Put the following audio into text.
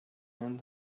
and